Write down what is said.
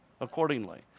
accordingly